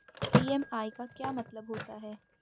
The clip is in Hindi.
ई.एम.आई का क्या मतलब होता है?